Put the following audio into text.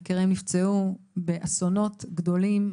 יקיריהן נפצעו באסונות גדולים,